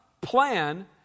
plan